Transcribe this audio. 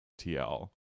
TL